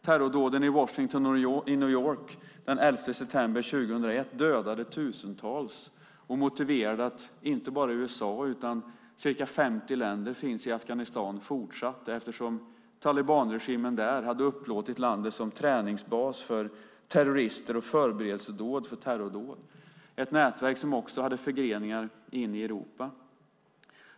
Terrordåden i Washington och New York den 11 september 2001 dödade tusentals och motiverade inte bara USA utan även de ca 50 länder som finns i Afghanistan fortsatt, eftersom talibanregimen där hade upplåtit landet som träningsbas för terrorister och förberedelser för terrordåd, ett nätverk som också hade förgreningar in i Europa.